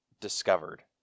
discovered